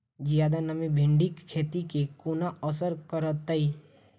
जियादा नमी भिंडीक खेती केँ कोना असर करतै?